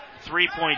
three-point